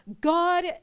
God